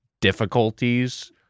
difficulties